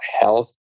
health